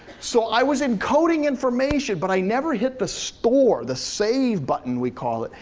so i was encoding information, but i never hit the store, the save button we call it,